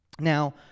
Now